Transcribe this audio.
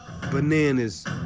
bananas